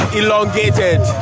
elongated